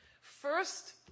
First